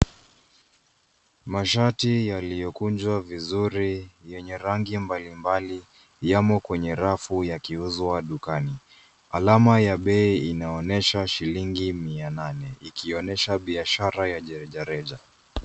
Mashati yaliyokunjwa vizuri yenye rangi mbalimbali yamo kwenye rafu yakiuzwa dukani. Alama ya bei inaonyesha shilingi 800 ikionyesha biashara ya rejareja.